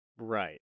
Right